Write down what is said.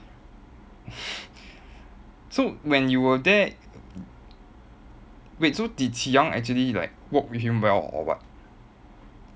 so when you were there wait so did qi yang actually like work with him well or what